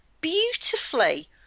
beautifully